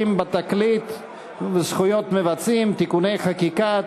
בתקליט וזכויות מבצעים (תיקוני חקיקה),